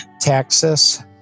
Texas